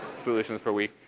solutions per week.